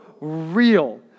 real